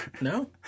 No